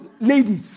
ladies